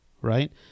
right